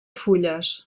fulles